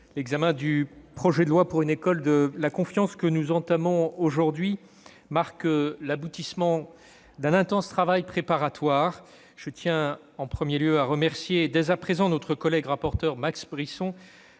l'examen du projet de loi pour une école de la confiance, que nous entamons aujourd'hui, marque l'aboutissement d'un intense travail préparatoire. Je tiens à remercier dès à présent notre collègue rapporteur, Max Brisson,